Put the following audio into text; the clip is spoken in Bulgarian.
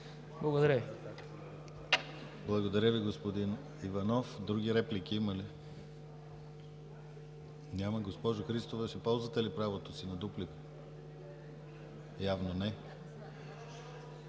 ГЛАВЧЕВ: Благодаря Ви, господин Иванов. Други реплики има ли? Няма. Госпожо Христова, ще ползвате ли правото си на дуплика? Явно не.